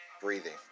breathing